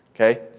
Okay